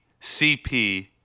CP